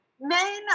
men